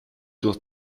durch